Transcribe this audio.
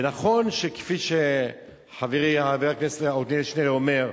ונכון, כפי שחברי חבר הכנסת עתניאל שנלר אומר,